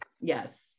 Yes